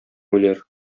үләр